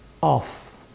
off